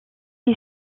les